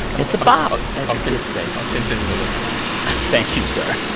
it's a bop, as the kids say i'll continue to listen thank you, sir.